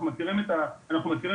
אנחנו מכירים את השונות,